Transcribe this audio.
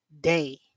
day